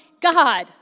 God